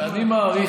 ואני מעריך,